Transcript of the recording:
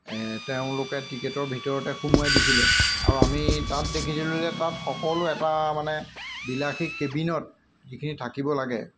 তেওঁলোকে টিকেটৰ ভিতৰতে সোমোৱাই দিছিলে আৰু আমি তাত দেখিছিলোঁ যে তাত সকলো এটা মানে বিলাসী কেবিনত যিখিনি থাকিব লাগে